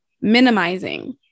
Minimizing